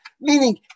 meaning